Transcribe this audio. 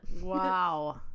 Wow